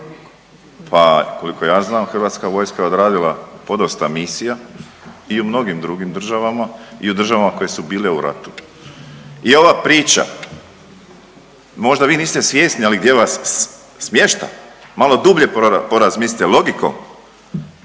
pa koliko ja znam, Hrvatska vojska je odradila podosta misija i u mnogim drugim državama i u državama koje su bile u ratu. I ova priča možda vi niste svjesni, ali gdje vas smješta, malo dublje porazmislite logikom,